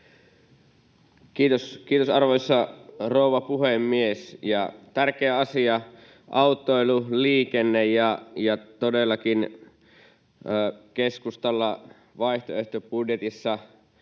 Kiitos, arvoisa rouva puhemies! Tärkeä asia, autoilu, liikenne, ja todellakin keskustalla vaihtoehtobudjetissa